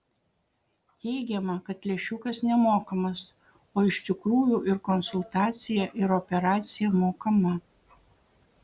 teigiama kad lęšiukas nemokamas o iš tikrųjų ir konsultacija ir operacija mokama